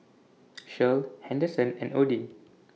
Shirl Henderson and Odin